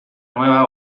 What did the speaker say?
nueva